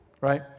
right